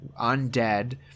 undead